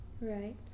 Right